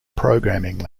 programming